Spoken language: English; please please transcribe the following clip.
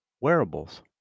wearables